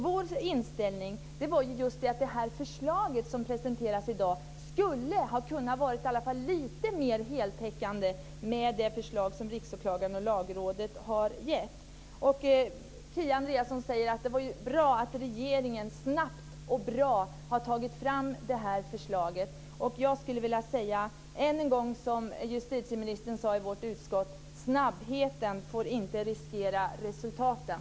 Vår inställning är just att detta förslag som presenteras i dag skulle ha kunnat vara i alla fall lite mer heltäckande med de synpunkter som Riksåklagaren och Lagrådet har gett. Kia Andreasson säger att det är bra att regeringen snabbt och bra har tagit fram detta förslag. Jag skulle vilja säga, som justitieministern sade i vårt utskott, att snabbheten inte får riskera resultaten.